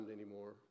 anymore